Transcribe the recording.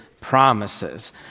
promises